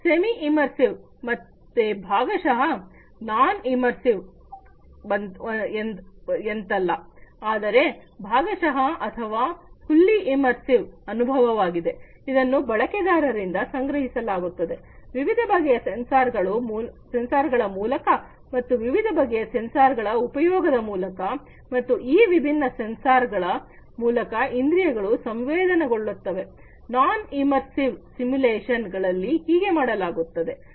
semi immersive ಭಾಗಶಃ non immersive ತರಹ ಇರುವುದಿಲ್ಲ ಆದರೆ ಭಾಗಶಃ ಅಥವಾ ಫುಲ್ಲಿ ಇಮರ್ಸಿವ್ ಅನುಭವವಾಗಿದೆ ಇದನ್ನು ಬಳಕೆದಾರರಿಂದ ಸಂಗ್ರಹಿಸಲಾಗುತ್ತದೆ ವಿವಿಧ ಬಗೆಯ ಸೆನ್ಸಾರ್ಗಳ ಮೂಲಕ ಮತ್ತು ವಿವಿಧ ಬಗೆಯ ಸೆನ್ಸಾರ್ಗಳ ಉಪಯೋಗದ ಮೂಲಕ ಮತ್ತು ಈ ವಿಭಿನ್ನ ಸೆನ್ಸಾರ್ ಗಳ ಮೂಲಕ ಇಂದ್ರಿಯಗಳು ಸಂವೇದನೆಗೊಳ್ಳುತ್ತವೆ ನಾನ್ ಸೆಮಿ ಇಮರ್ಸಿವ್ ಸಿಮ್ಯುಲೇಶನ್ ಗಳಲ್ಲಿ ಹೀಗೆ ಮಾಡಲಾಗುತ್ತದೆ